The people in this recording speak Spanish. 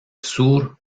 sur